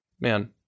Man